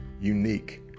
unique